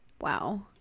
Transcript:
Wow